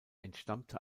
entstammte